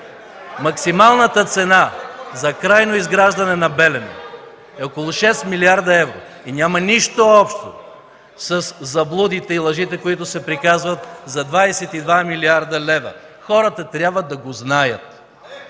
Максималната цена за крайно изграждане на „Белене” е около 6 млрд. евро и няма нищо общо със заблудите и лъжите, които се приказват за 22 милиарда лева. Хората трябва да го знаят.